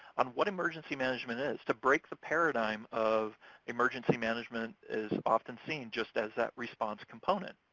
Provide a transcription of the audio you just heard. on what emergency management is to break the paradigm of emergency management is often seen just as that response component.